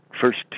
First